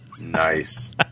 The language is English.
Nice